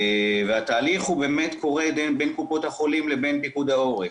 והתהליך באמת קורה בין קופות החולים לבין פיקוד העורף.